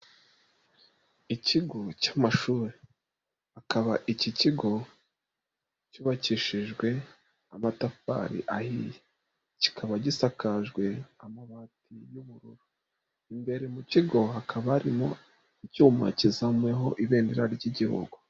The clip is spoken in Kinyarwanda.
Ikigo cy'amashuri, akaba iki kigo cyubakishijwe amatafari ahiye, kikaba gisakajwe amabati y'ubururu, imbere mu kigo hakaba harimo icyuma kizamuweho ibendera ry'igihugu.